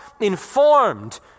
informed